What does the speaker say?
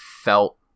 felt